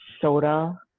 soda